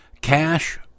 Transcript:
Cash